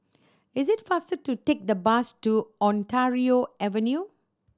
is it faster to take the bus to Ontario Avenue